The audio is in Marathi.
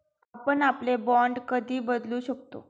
आपण आपले बाँड कधी बदलू शकतो?